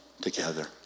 together